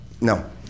no